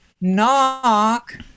Knock